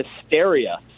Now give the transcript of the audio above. hysteria